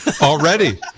Already